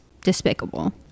despicable